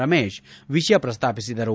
ರಮೇಶ್ ವಿಷಯ ಪ್ರಸ್ತಾಪಿಸಿದರು